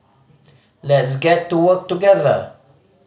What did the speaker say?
let's get to work together